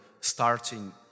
starting